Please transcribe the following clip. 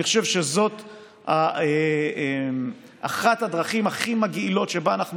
אני חושב שזאת אחת הדרכים הכי מגעילות שבה אנחנו